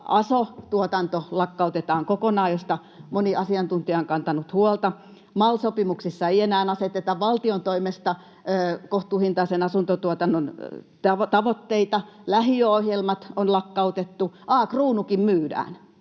Aso-tuotanto lakkautetaan kokonaan, mistä moni asiantuntija on kantanut huolta. MAL-sopimuksissa ei enää aseteta valtion toimesta kohtuuhintaisen asuntotuotannon tavoitteita. Lähiöohjelmat on lakkautettu. A‑Kruunukin myydään.